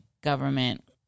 government